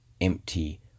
empty